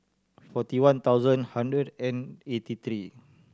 forty one thousand hundred and eighty three